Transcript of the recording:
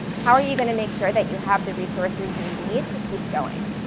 how are you gonna make sure that you have the resources you need to keep going?